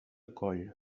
coll